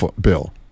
bill